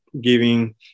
giving